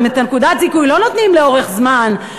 גם את נקודת הזיכוי לא נותנים לאורך זמן,